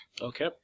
Okay